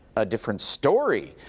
a different story.